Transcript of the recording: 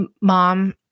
mom